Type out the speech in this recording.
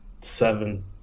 Seven